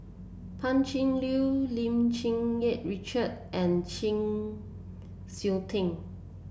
Pan Cheng Lui Lim Cherng Yih Richard and Chng Seok Tin